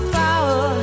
power